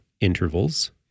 intervals